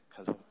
Hello